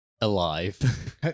alive